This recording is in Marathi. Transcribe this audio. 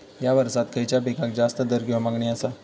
हया वर्सात खइच्या पिकाक जास्त दर किंवा मागणी आसा?